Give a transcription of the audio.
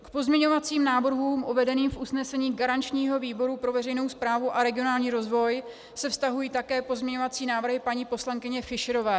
K pozměňovacím návrhům uvedeným v usnesení garančního výboru pro veřejnou správu a regionální rozvoj se vztahují také pozměňovací návrhy paní poslankyně Fischerové.